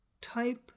type